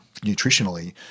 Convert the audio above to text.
nutritionally